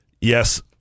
Yes